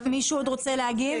מישהו עוד רוצה להגיב?